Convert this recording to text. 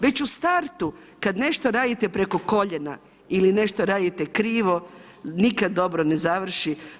Već u startu kad nešto radite preko koljena ili nešto radite krivo nikad dobro ne završi.